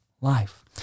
life